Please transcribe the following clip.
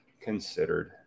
considered